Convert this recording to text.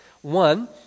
One